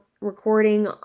recording